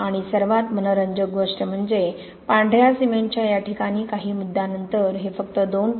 आणि सर्वात मनोरंजक गोष्ट म्हणजे पांढर्या सिमेंटच्या या ठिकाणी काही मुद्द्यांनंतर हे फक्त 2